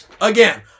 Again